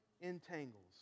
entangles